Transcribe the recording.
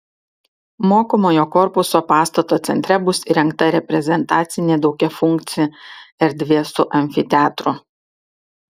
mokomojo korpuso pastato centre bus įrengta reprezentacinė daugiafunkcė erdvė su amfiteatru